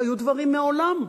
היו דברים מעולם.